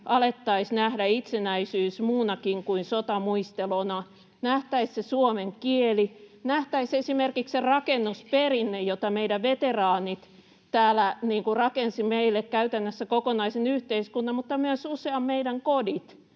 alettaisiin nähdä itsenäisyys muunakin kuin sotamuistelona. Nähtäisiin suomen kieli, nähtäisiin esimerkiksi rakennusperinne, jota meidän veteraanit rakensivat meille, käytännössä kokonaisen yhteiskunnan, mutta myös usean meidän kodit